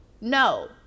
No